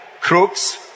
crooks